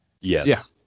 Yes